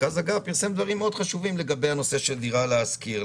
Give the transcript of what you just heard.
פרסם דברים מאוד חשובים לגבי הנושא של דירה להשכיר.